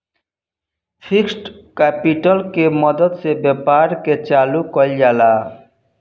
fixed capital के मदद से व्यापार के चालू कईल जाला